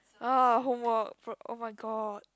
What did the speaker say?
orh homework fr~ oh-my-god